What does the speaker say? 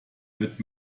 wird